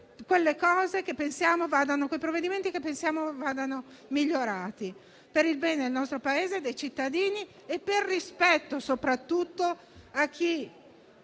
quei provvedimenti che pensiamo vadano migliorati per il bene del nostro Paese, dei cittadini e per rispetto soprattutto di chi,